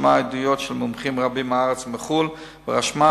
שמעה עדויות של מומחים רבים מהארץ ומחו"ל ורשמה,